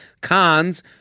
Cons